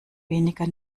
weniger